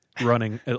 running